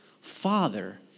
Father